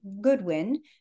Goodwin